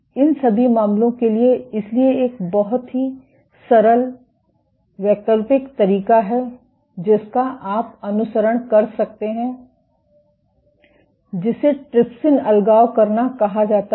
इन सभी मामलों के लिए इसलिए एक बहुत ही सरल वैकल्पिक तरीका है जिसका आप अनुसरण कर सकते हैं जिसे ट्रिप्सिन अलगाव करना कहा जाता है